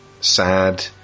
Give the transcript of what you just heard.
sad